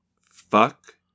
Fuck